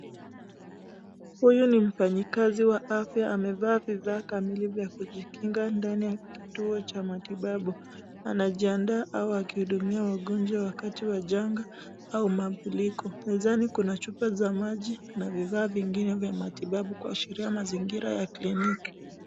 Huyu ni mfanyakazi wa afya amevaa vivaa kamili vya kujikinga ndani ya kituo cha matibabu. Anajiandaa au akihudumia wagonjwa wakati wa janga au maambuliko. Mezani kuna chupa za maji na vivaa vingine vya matibabu kuashiria mazingira ya kliniki.